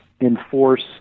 enforce